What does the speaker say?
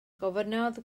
gofynnodd